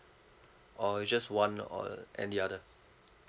or it's just one or and the other